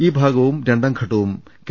ഈ ഭാഗവും രണ്ടാംഘട്ടവും കെ